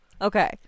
Okay